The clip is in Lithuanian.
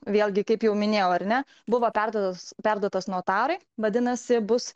vėlgi kaip jau minėjau ar ne buvo perduotas perduotos notarai vadinasi bus